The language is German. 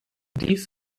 dies